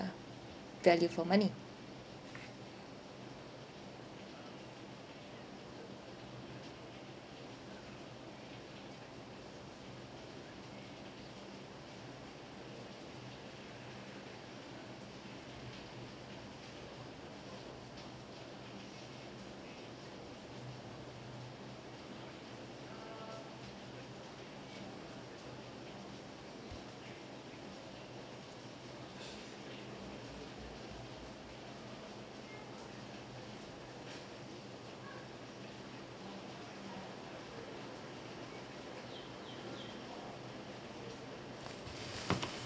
value for money